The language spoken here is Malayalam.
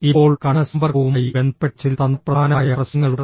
ഇപ്പോൾ കണ്ണ് സമ്പർക്കവുമായി ബന്ധപ്പെട്ട് ചില തന്ത്രപ്രധാനമായ പ്രശ്നങ്ങളുണ്ട്